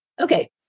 Okay